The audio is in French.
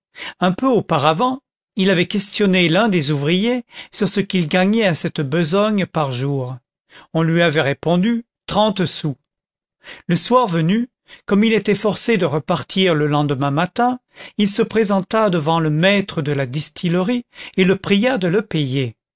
un peu auparavant il avait questionné l'un des ouvriers sur ce qu'ils gagnaient à cette besogne par jour on lui avait répondu trente sous le soir venu comme il était forcé de repartir le lendemain matin il se présenta devant le maître de la distillerie et le pria de le payer